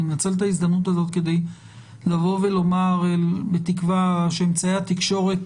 אני מנצל את ההזדמנות הזאת כדי לומר בתקווה שאמצעי התקשורת